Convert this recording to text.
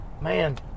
man